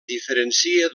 diferencia